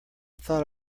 thought